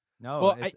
no